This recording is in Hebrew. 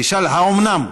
תשאל: האומנם?